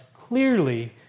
clearly